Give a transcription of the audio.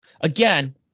Again